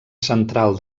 central